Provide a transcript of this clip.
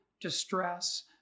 distress